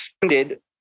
funded